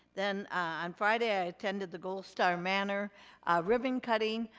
then on friday, i attended the gold star manor ribbon-cutting.